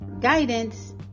guidance